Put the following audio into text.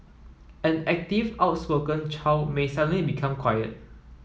an active outspoken child may suddenly become quiet